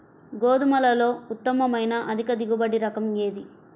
గోధుమలలో ఉత్తమమైన అధిక దిగుబడి రకం ఏది?